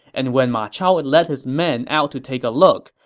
and when ma chao ah led his men out to take a look,